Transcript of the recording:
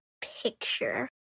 picture